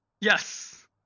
Yes